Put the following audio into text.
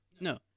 no